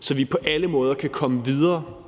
så vi på alle måder kan komme videre,